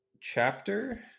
chapter